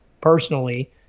personally